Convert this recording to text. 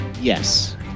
Yes